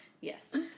Yes